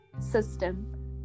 system